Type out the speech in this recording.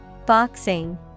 Boxing